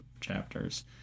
chapters